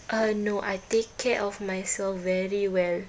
uh no I take care of myself very well